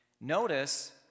Notice